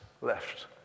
left